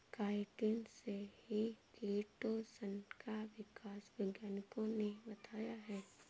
chitin से ही chitosan का विकास वैज्ञानिकों ने बताया है